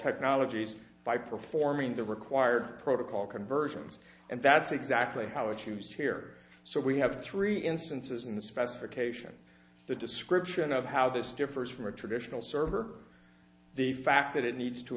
technologies by performing the required protocol conversions and that's exactly how it's used here so we have three instances in the specification the description of how this differs from a traditional server the fact that it needs to